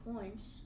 points